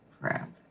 crap